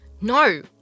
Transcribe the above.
No